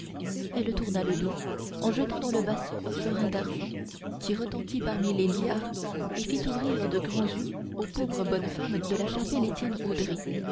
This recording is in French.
elle tourna le dos en jetant dans le bassin un florin d'argent qui retentit parmi les liards et fit ouvrir de grands yeux aux pauvres bonnes femmes de la chapelle